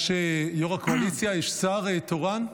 יו"ר הקואליציה, יש שר תורן?